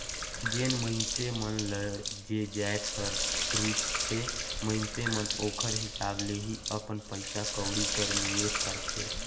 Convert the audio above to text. जेन मइनसे मन ल जे जाएत हर रूचथे मइनसे मन ओकर हिसाब ले ही अपन पइसा कउड़ी कर निवेस करथे